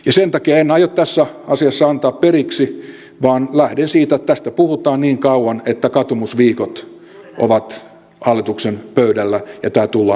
sen takia en aio tässä asiassa antaa periksi vaan lähden siitä että tästä puhutaan niin kauan että katumusviikot ovat hallituksen pöydällä ja tämä tullaan korjaamaan